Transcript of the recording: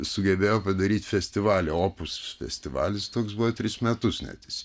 sugebėjo padaryti festivalio opus festivalis toks buvo tris metus net jis